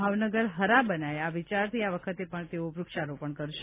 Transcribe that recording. ભાવનગર હરા બનાયે આ વિચારથી આ વખતે પણ તેઓ વ્રક્ષારોપણ કરશે